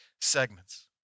segments